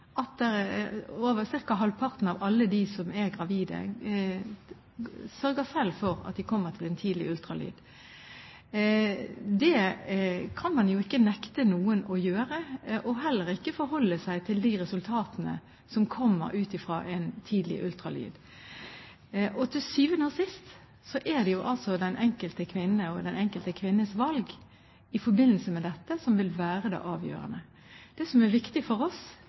til en tidlig ultralyd. Det kan man jo ikke nekte noen å gjøre, og heller ikke forholde seg til de resultatene som kommer ut fra en tidlig ultralyd. Til syvende og sist er det jo den enkelte kvinnes valg som i denne forbindelse vil være avgjørende. Det som er viktig for oss,